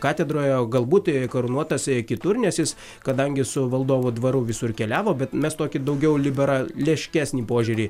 katedroje o galbūt karūnuotas ir kitur nes jis kadangi su valdovo dvaru visur keliavo bet mes tokį daugiau libera leškesnį požiūrį